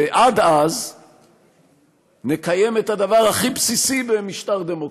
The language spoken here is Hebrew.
ועד אז נקיים את הדבר הכי בסיסי במשטר דמוקרטי,